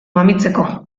mamitzeko